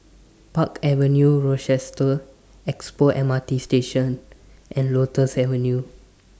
Park Avenue Rochester Expo M R T Station and Lotus Avenue